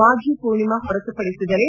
ಮಾಫಿ ಪೂರ್ಣಿಮ ಹೊರತುಪಡಿಸಿದರೆ